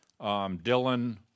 Dylan